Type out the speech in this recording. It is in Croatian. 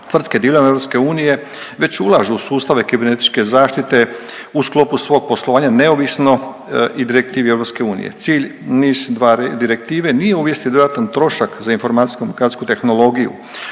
Tvrtke diljem EU već ulažu u sustave kibernetičke zaštite u sklopu svog poslovanja neovisno i direktivi EU. Cilj NIS2 direktive nije uvesti dodatan trošak za informacijsko edukacijsku tehnologiju